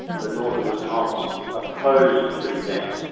the daughter was not opposed to that.